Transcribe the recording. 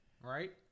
right